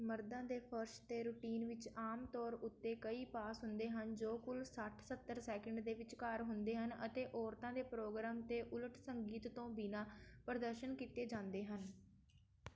ਮਰਦਾਂ ਦੇ ਫਰਸ਼ 'ਤੇ ਰੁਟੀਨ ਵਿੱਚ ਆਮ ਤੌਰ ਉੱਤੇ ਕਈ ਪਾਸ ਹੁੰਦੇ ਹਨ ਜੋ ਕੁੱਲ ਸੱਠ ਸੱਤਰ ਸੈਕਿੰਡ ਦੇ ਵਿਚਕਾਰ ਹੁੰਦੇ ਹਨ ਅਤੇ ਔਰਤਾਂ ਦੇ ਪ੍ਰੋਗਰਾਮ ਦੇ ਉਲਟ ਸੰਗੀਤ ਤੋਂ ਬਿਨਾਂ ਪ੍ਰਦਰਸ਼ਨ ਕੀਤੇ ਜਾਂਦੇ ਹਨ